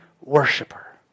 worshiper